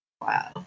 wow